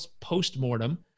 post-mortem